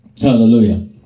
Hallelujah